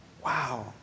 Wow